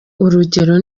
urugero